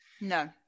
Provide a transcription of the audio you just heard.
no